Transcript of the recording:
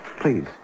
Please